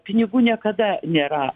pinigų niekada nėra